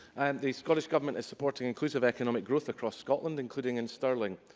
the scottish government is supporting inclusive economic growth across scotland, including in stirling.